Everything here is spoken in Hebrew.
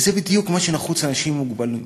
זה בדיוק מה שנחוץ לאנשים עם מוגבלות,